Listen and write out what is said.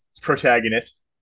protagonist